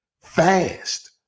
Fast